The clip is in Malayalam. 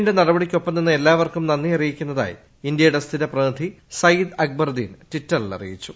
എന്നിന്റെ നടപടിക്ക് ഒപ്പം നിന്ന എല്ലാവർക്കും നന്ദി ആ്ട്രിയിക്കുന്നതായി ഇന്ത്യയുടെ സ്ഥിര പ്രതിനിധി സയ്യിദ് ആക്ബ്റുദ്ദീൻ ട്വിറ്ററിൽ അറിയിച്ചു